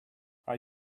are